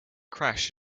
crash